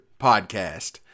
podcast